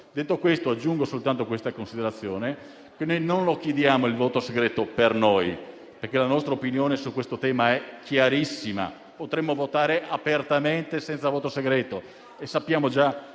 negare. Aggiungo soltanto una considerazione: non chiediamo il voto segreto per noi, perché la nostra opinione sul tema è chiarissima. Potremmo votare apertamente, senza voto segreto, e sappiamo già